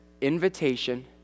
invitation